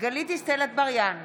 גלית דיסטל אטבריאן,